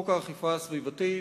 הצעת חוק האכיפה הסביבתית,